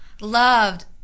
Loved